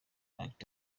act